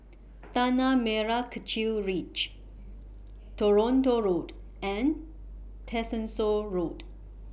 Tanah Merah Kechil Ridge Toronto Road and Tessensohn Road